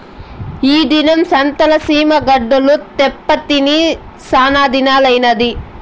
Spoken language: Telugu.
ఈ దినం సంతల సీమ గడ్డలు తేప్పా తిని సానాదినాలైనాది